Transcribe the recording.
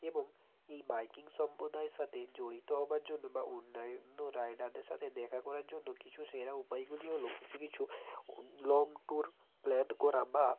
এবং এই বাইকিং সম্প্রদায়ের সাথে জড়িত হওয়ার জন্য বা অন্যান্য রাইডারদের সাথে দেখা করার জন্য কিছু সেরা উপায়গুলি হলো কিছু কিছু ও লং ট্যুর প্ল্যান করা বা